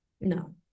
No